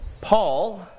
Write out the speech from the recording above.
Paul